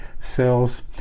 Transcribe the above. cells